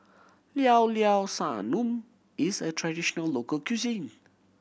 Llao Llao Sanum is a traditional local cuisine